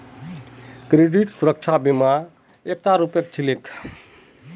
credit सुरक्षा बीमा बीमा र एकता रूप छिके